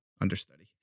understudy